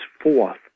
forth